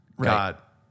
got